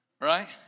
right